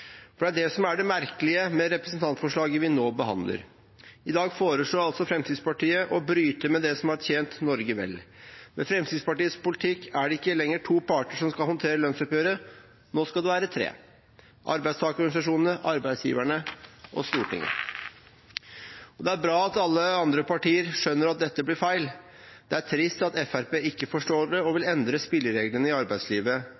For det er det som er det merkelige med representantforslaget vi nå behandler. I dag foreslår altså Fremskrittspartiet å bryte med det som har tjent Norge vel. Med Fremskrittspartiets politikk er det ikke lenger to parter som skal håndtere lønnsoppgjøret. Nå skal det være tre: arbeidstakerorganisasjonene, arbeidsgiverne og Stortinget. Det er bra at alle andre partier skjønner at dette blir feil. Det er trist at Fremskrittspartiet ikke forstår det og